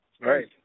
Right